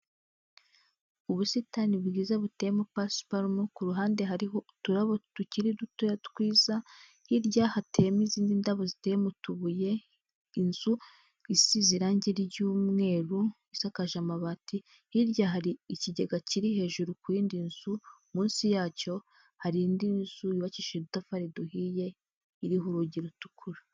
Ubusitani bwiza buteyeme pasuparumo, ku ruhande hariho uturabo tukiri dutoya twiza, hirya hateyemo izindi ndabo ziteye mu tubuye inzu isize irangi ry'umweru isakaje amabati, hirya hari ikigega kiri hejuru ku yindi nzu munsi yacyo hari indi nzu yubakishije udutafari duhiye iriho urugi rutukura.